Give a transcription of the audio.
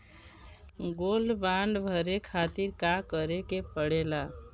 Gold bond भरे खातिर का करेके पड़ेला?